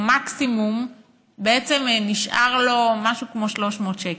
מקסימום בעצם נשארים לו משהו כמו 300 שקל.